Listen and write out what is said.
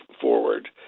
forward